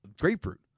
grapefruit